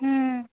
हूँ